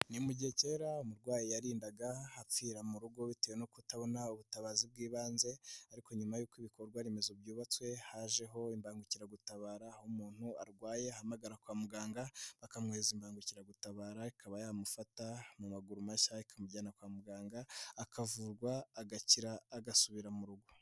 Ni mu gihe kera umurwayi yarindaga apfira mu rugo bitewe no kutabona ubutabazi bw'ibanze, ariko nyuma y'uko ibikorwa remezo byubatswe, hajeho imbangukiragutabara, aho umuntu arwaye ahamampagara kwa muganga, bakamwoherereza imbangukiragutabara, ikaba yamufata mu maguru mashya, ikamujyana kwa muganga, akavurwa, agakira, agasubira mu rugo.